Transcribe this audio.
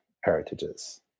heritages